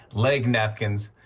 leg napkins.